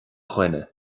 dhuine